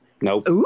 Nope